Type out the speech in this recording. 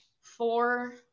four